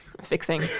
fixing